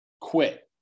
quit